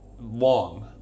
long